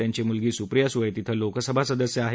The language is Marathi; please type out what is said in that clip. त्यांची मुलगी सुप्रिया सुळे तिथं लोकसभा सदस्य आहेत